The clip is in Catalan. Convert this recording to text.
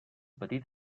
petit